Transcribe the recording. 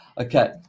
Okay